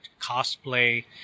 cosplay